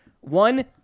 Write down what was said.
One